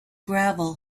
gravel